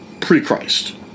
pre-Christ